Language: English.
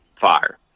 fire